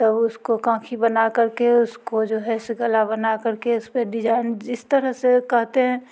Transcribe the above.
तब उसको कांखी बना कर के उसको जो है सो गला बना कर के उस कैसे पर डिजाइन जिस तरह से कहते हैं